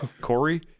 Corey